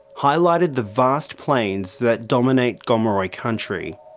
highlighted the vast plains that dominate gomeroi country.